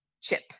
chip